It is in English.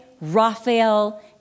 Raphael